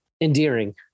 endearing